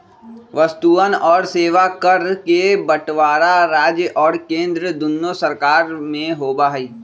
वस्तुअन और सेवा कर के बंटवारा राज्य और केंद्र दुन्नो सरकार में होबा हई